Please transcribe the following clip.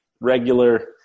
regular